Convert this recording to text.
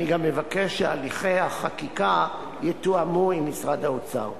אני גם מבקש שהליכי החקיקה יתואמו עם משרד האוצר.